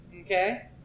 Okay